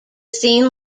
scene